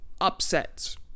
upsets